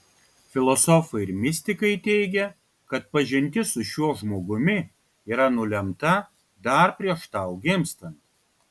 filosofai ir mistikai teigia kad pažintis su šiuo žmogumi yra nulemta dar prieš tau gimstant